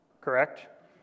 correct